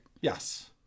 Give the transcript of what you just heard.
yes